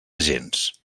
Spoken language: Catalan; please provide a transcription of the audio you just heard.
gens